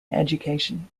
education